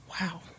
Wow